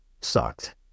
sucked